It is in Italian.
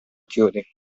chiodi